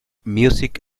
music